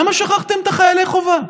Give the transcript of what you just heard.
למה שכחתם את חיילי החובה?